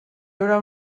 haurà